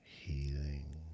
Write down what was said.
healing